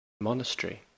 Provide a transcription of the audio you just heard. monastery